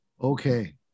Okay